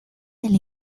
del